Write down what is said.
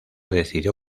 decidió